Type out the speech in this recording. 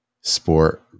sport